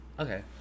Okay